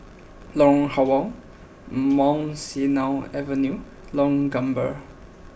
Lorong Halwa Mount Sinai Avenue Lorong Gambir